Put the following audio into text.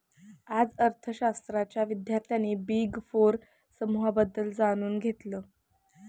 आज अर्थशास्त्राच्या विद्यार्थ्यांनी बिग फोर समूहाबद्दल जाणून घेतलं